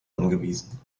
angewiesen